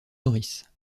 morris